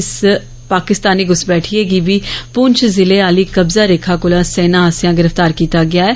इक पाकिस्तानी घुसपैठियें गी बी पुंछ ज़िले आहली कब्जा रेखा कोल सेना आस्सैआ गिरफ्तार कीता गेआ ऐ